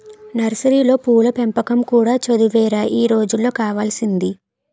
నర్సరీలో పూల పెంపకం కూడా చదువేరా ఈ రోజుల్లో కావాల్సింది